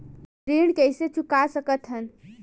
ऋण कइसे चुका सकत हन?